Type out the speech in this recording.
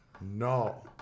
No